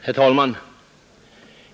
Herr talman!